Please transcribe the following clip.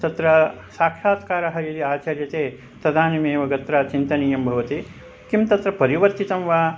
तत्र साक्षात्कारः यदि आचर्यते तदानीमेव तत्र चिन्तनीयं भवति किं तत्र परिवर्तितं वा